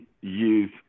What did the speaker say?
use